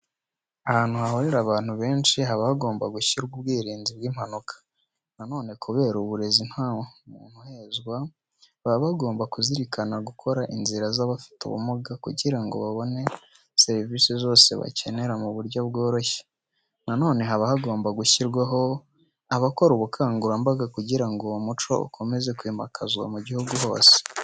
Ahantu hahurira abantu benshi haba hagomba gushyirwaho ubwirinzi bw'impanuka. Na none kubera mu burezi ntamuntu uhezwa, baba bagomba kuzirikana gukora inzira z'abafite ubumuga kugira ngo babone serivisi zose bakenera mu buryo bworoshye. Na none haba hagomba gushyirwaho abakora ubukangurambaga kugira ngo uwo muco ukomeze kwimakazwa mu igihugu hose.